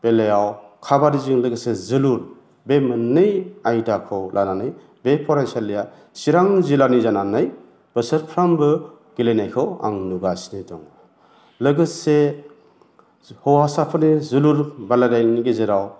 बेलायाव खाबादिजों लोगोसे जोलुर बे मोननै आयदाखौ लानानै बे फरायसालिआ चिरां जिल्लानि जानानै बोसोरफ्रामबो गेलेनायखौ आं नुगासिनो दङ लोगोसे हौवासाफोरनि जोलुर बादायलायनायनि गेजेराव